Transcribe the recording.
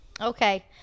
Okay